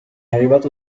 arrivato